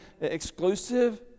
exclusive